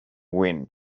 wind